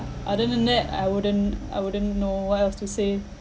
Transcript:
other than that I wouldn't I wouldn't know what else to say